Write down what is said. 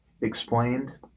explained